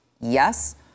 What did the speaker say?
Yes